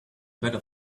weather